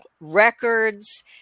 records